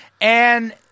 And-